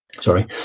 sorry